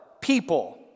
people